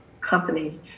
company